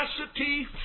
capacity